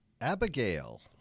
Abigail